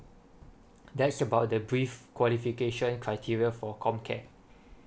that's about the brief qualification criteria for COMCARE